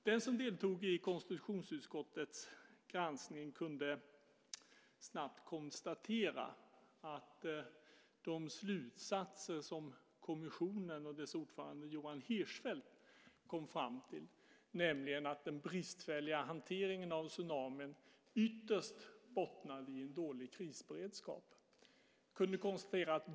Den som deltog i konstitutionsutskottets granskning kunde snabbt konstatera att de uppgifter och slutsatser som kommissionen och dess ordförande Johan Hirschfeldt kom fram till kom i bakgrunden. De gällde att den bristfälliga hanteringen av tsunamin ytterst bottnar i en dålig krisberedskap.